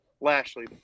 Lashley